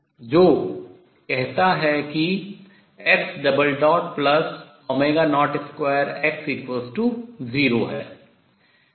जो कहता है कि x02x0 है